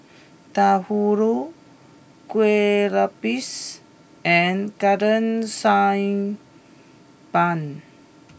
Bahulu Kuih Lopes and Golden Sand Bun